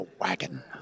wagon